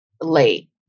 late